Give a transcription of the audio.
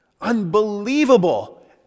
Unbelievable